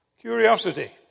Curiosity